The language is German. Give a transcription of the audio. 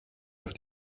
auf